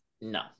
No